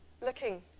looking